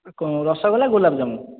କ'ଣ ରସଗୋଲା ଗୋଲାପଜାମୁ